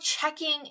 checking